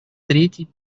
третий